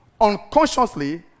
unconsciously